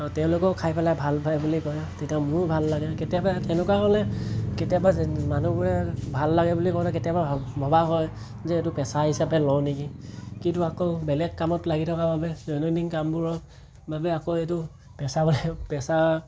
আও তেওঁলোকেও খাই ভাল পায় বুলি কয় তেতিয়া মোৰো ভাল লাগে কেতিয়াবা তেনেকুৱা হ'লে কেতিয়াবা যে মানুহবোৰে ভাল লাগে বুলি ক'লে কেতিয়াবা ভবা হয় যে এইটো পেছা হিচাপে লওঁ নেকি কিন্তু আকৌ বেলেগ কামত লাগি থকা বাবে দৈনন্দিন কামবোৰৰ বাবে আকৌ এইটো পেছা বুলি পেছা